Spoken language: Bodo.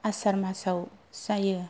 आसार मासाव जायो